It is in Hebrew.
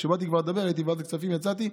כשבאתי כבר לדבר, הייתי בוועדת הכספים, יצאתי,